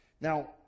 Now